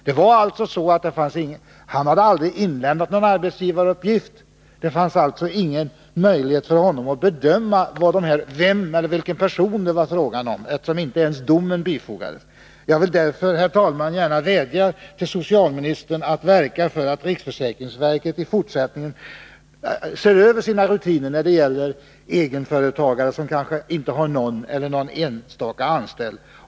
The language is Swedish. Den aktuella företagaren hade aldrig lämnat in någon arbetsgivaruppgift. Det fanns alltså ingen möjlighet för honom att bedöma vilken person det var fråga om — domen hade inte ens bifogats. Jag vill därför, herr talman, vädja till socialministern att verka för att riksförsäkringsverket ser över sina rutiner när det gäller egenföretagare som inte har någon anställd eller bara har någon enstaka anställd.